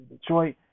Detroit